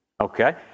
Okay